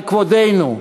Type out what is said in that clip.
על כבודנו,